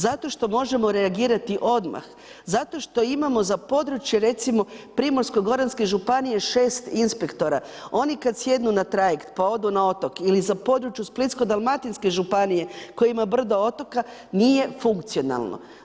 Zato što možemo reagirati odmah, zato što imamo za područje, recimo, Primorsko-goranske županije 6 inspektora, oni kad sjednu na trajekt, pa odu na otok, ili za područje Splitsko-dalmatinske županije koja ima brdo otoka nije funkcionalna.